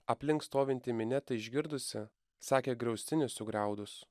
aplink stovinti minia tai išgirdusi sakė griaustinį sugriaudus